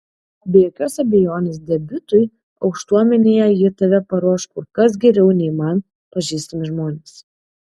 be jokios abejonės debiutui aukštuomenėje ji tave paruoš kur kas geriau nei man pažįstami žmonės